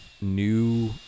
new